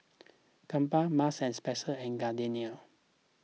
Kappa Marks and Spencer and Gardenia